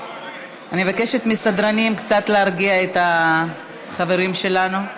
אני מבקשת מהסדרנים קצת להרגיע את החברים שלנו.